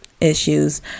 issues